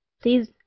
please